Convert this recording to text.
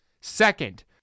Second